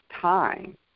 time